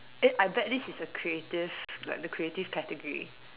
uh I bet this is a creative like the creative category